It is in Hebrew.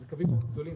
זה קווים מאד גדולים,